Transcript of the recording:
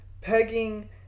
pegging